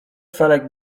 felek